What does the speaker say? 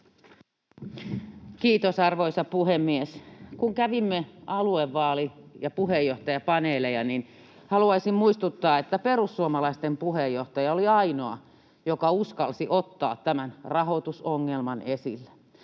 Kiitos, arvoisa puhemies! Kun kävimme aluevaalit ja puheenjohtajapaneeleja, niin haluaisin muistuttaa, että perussuomalaisten puheenjohtaja oli ainoa, joka uskalsi ottaa tämän rahoitusongelman esille.